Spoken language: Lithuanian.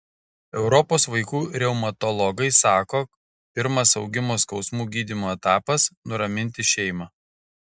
europos vaikų reumatologai sako pirmas augimo skausmų gydymo etapas nuraminti šeimą